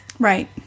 Right